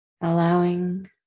allowing